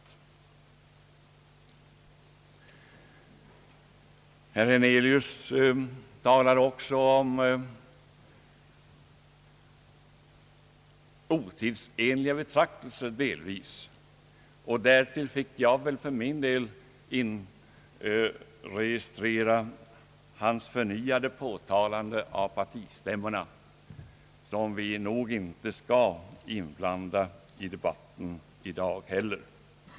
Herr Hernelius talade också om »otidsenliga betraktelser», och därvid fick jag inregistrera hans förnyade påtalande av partistämmorna som vi nog inte skall inblanda i debatten i dag heller.